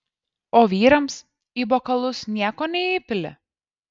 o vyrams į bokalus nieko neįpili